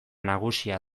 nagusia